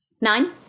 Nine